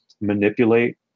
manipulate